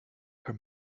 her